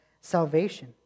salvation